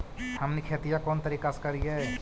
हमनी खेतीया कोन तरीका से करीय?